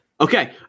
Okay